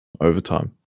overtime